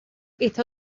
está